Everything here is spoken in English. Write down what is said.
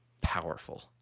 powerful